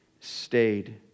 stayed